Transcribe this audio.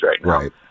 right